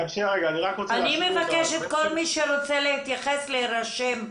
אני מבקשת שכל מי שרוצה להתייחס שירשם,